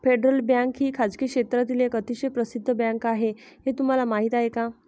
Federal Bank ही खासगी क्षेत्रातील एक अतिशय प्रसिद्ध बँक आहे हे तुम्हाला माहीत आहे का?